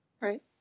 Right